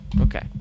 okay